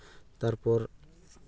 ᱛᱟᱨᱯᱚᱨ